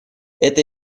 это